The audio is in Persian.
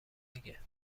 دیگه